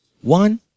one